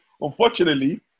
Unfortunately